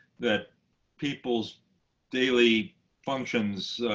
that people's daily functions,